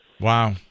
Wow